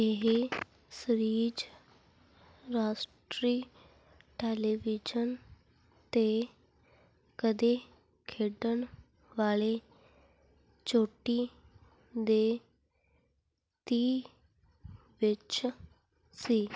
ਇਹ ਸਰੀਜ਼ ਰਾਸ਼ਟਰੀ ਟੈਲੀਵਿਜ਼ਨ 'ਤੇ ਕਦੇ ਖੇਡਣ ਵਾਲੇ ਚੋਟੀ ਦੇ ਤੀਹ ਵਿੱਚ ਸੀ